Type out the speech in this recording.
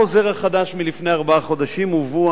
בחוזר החדש מלפני ארבעה חודשים הובאו